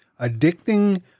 addicting